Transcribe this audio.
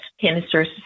canisters